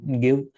give